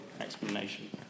explanation